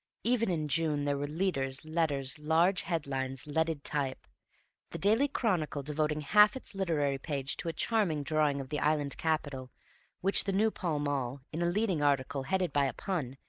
even in june there were leaders, letters, large headlines, leaded type the daily chronicle devoting half its literary page to a charming drawing of the island capital which the new pall mall, in a leading article headed by a pun,